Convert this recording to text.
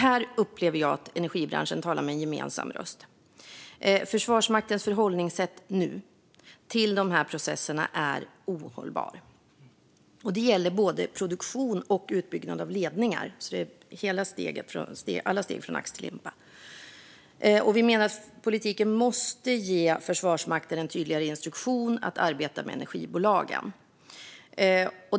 Här upplever jag att energibranschen talar med en gemensam röst. Försvarsmaktens förhållningssätt nu till de här processerna är ohållbar. Det gäller både produktion och utbyggnad av ledningar. Det är alla steg från ax till limpa. Vi menar att politiken måste ge Försvarsmakten en tydligare instruktion att arbeta med energibolagen.